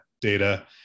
data